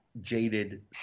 jaded